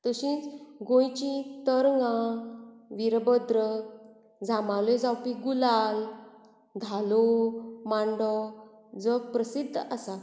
तशींच गोंयचीं तरंगां वीरभद्र जांबावले जावपी गुलाल धालो मांडो जग प्रसिद्ध आसा